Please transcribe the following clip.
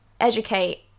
educate